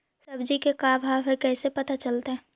सब्जी के का भाव है कैसे पता चलतै?